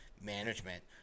management